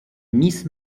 miss